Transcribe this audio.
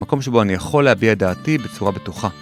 מקום שבו אני יכול להביע דעתי בצורה בטוחה.